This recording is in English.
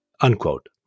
unquote